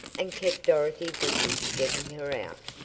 and kept dorothy busy getting her out,